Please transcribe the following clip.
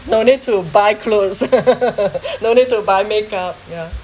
no need to buy clothes no need to buy make up ya